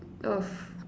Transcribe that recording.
of